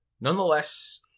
Nonetheless